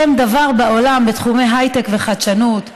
שם דבר בעולם בתחומי הייטק וחדשנות.